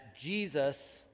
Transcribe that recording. Jesus